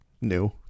new